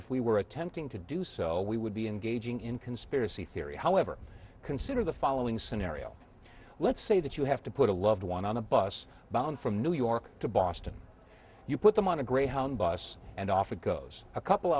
we were attempting to do so we would be engaging in conspiracy theory however consider the following scenario let's say that you have to put a loved one on a bus bound from new york to boston you put them on a greyhound bus and off it goes a couple